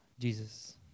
Jesus